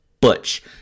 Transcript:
butch